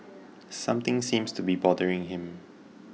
something seems to be bothering him